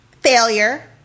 Failure